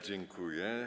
Dziękuję.